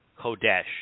Kodesh